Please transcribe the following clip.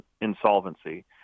insolvency